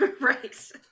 right